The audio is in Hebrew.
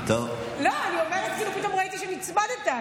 לא, אני אומרת שפתאום ראיתי שנצמדת.